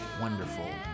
wonderful